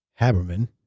Haberman